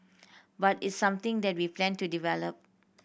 but it's something that we plan to develop